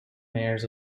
mayors